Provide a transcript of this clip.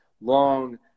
long